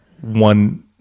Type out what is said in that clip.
one